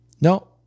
No